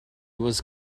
was